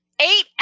eight